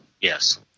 Yes